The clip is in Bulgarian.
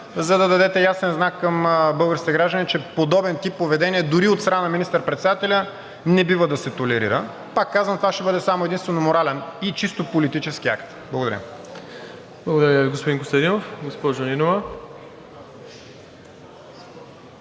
за да дадете ясен знак към българските граждани, че подобен тип поведение дори от страна на министър-председателя не бива да се толерира. Пак казвам, това ще бъде само единствено морален и чисто политически акт. Благодаря. ПРЕДСЕДАТЕЛ МИРОСЛАВ ИВАНОВ: Благодаря, господин Костадинов. Госпожо Нинова.